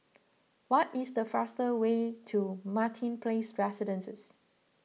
what is the fastest way to Martin Place Residences